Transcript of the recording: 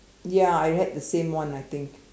ya I had the same one I think